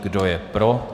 Kdo je pro?